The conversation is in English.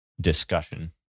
discussion